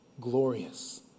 glorious